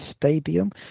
Stadium